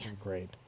great